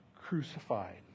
crucified